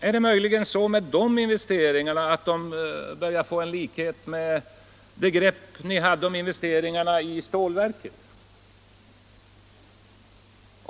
Är det möjligen så med de investeringarna att det hela börjar få en viss likhet med det grepp ni hade om investeringarna i stålverket?